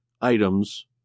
items